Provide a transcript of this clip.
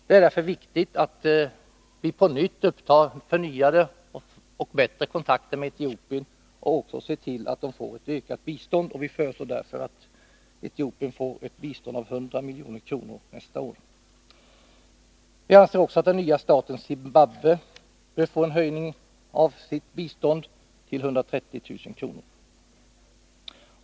Det är därför viktigt att på nytt uppta förhandlingar och bättre kontakter med Etiopien samt se till att landet får ett ökat bistånd. Vi föreslår att Etiopien får ett bistånd på 100 milj.kr. för nästa år. Vi anser att den nya staten Zimbabwe bör få en ökning av sitt bistånd till 130 000 kr.